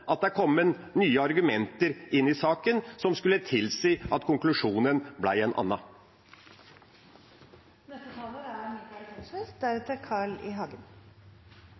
at det er kommet nye argumenter i saken som skulle tilsi at konklusjonen ble en